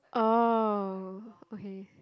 oh okay